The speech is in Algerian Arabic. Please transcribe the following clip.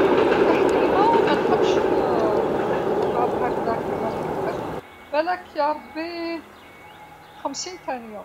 تحت الما مانحبش ن- نقعد هكداك مانتنفسش، بلاك يا ربي خمسين ثانيه.